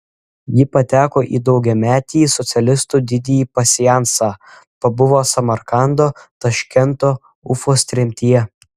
ji pateko į daugiametį socialistų didįjį pasiansą pabuvo samarkando taškento ufos tremtyje